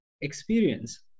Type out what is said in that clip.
experience